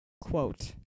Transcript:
quote